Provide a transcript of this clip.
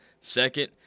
second